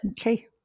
Okay